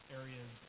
areas